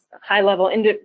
high-level